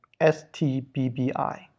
STBBI